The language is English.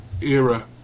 era